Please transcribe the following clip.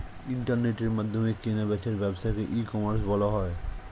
ইন্টারনেটের মাধ্যমে কেনা বেচার ব্যবসাকে ই কমার্স বলা হয়